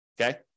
okay